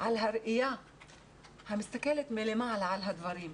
על הראיה המסתכלת מלמעלה על הדברים,